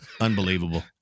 Unbelievable